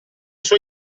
sua